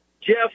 jeff